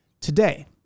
today